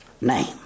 name